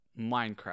minecraft